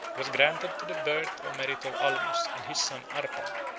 was granted to the birth or merit of almus and his son arpad,